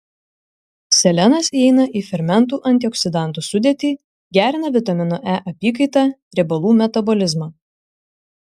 selenas įeina į fermentų antioksidantų sudėtį gerina vitamino e apykaitą riebalų metabolizmą